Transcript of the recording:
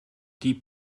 die